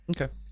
Okay